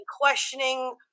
questioning